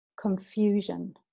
confusion